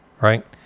right